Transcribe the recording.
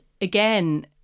again